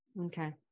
Okay